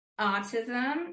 autism